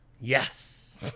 yes